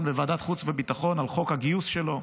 בוועדת חוץ וביטחון על חוק הגיוס שלו,